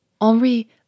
Henri